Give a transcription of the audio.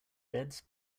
beds